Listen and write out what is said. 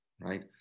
right